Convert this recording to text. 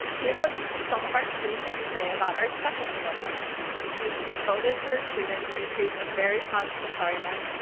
here's what some of our students had to say about our second award winner she is devoted to her students and creates a very positive environment,